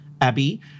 Abby